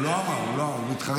הוא לא אמר, הוא התחרט.